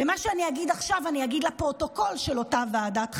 ומה שאני אגיד עכשיו אני אגיד לפרוטוקול של אותה ועדת חקירה: